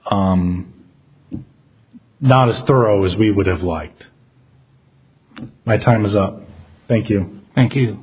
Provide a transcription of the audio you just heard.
e not as thorough as we would have liked my time was up thank you thank you